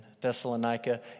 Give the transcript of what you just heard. Thessalonica